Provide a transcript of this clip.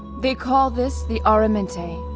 they call this the aramente,